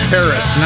Paris